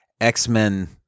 X-Men